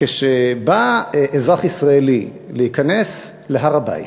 כשבא אזרח ישראלי להיכנס להר-הבית,